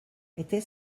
était